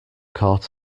caught